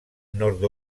nord